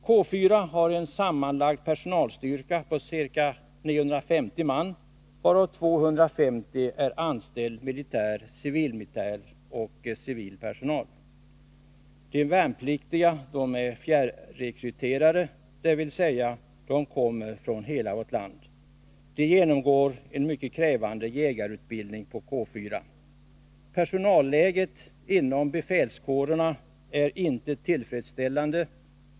K 4 har en sammanlagd personalstyrka på ca 950 man, av vilka 250 är anställd militär, civilmilitär och civil personal. De värnpliktiga är fjärrekryterade, dvs. de kommer från hela vårt land. De genomgår en mycket krävande jägarutbildning på K 4. Personalläget inom befälskårerna är inte tillfredsställande.